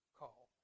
call